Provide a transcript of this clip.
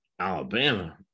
Alabama